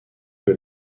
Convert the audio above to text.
que